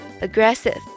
Aggressive